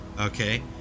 okay